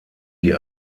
die